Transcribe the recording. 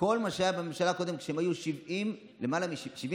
כל מה שהיה בממשלה הקודמת הוא שכשהם היו למעלה מ-72